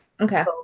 Okay